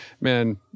man